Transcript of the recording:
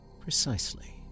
Precisely